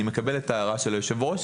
אני מקבל את ההערה של היושבת-ראש,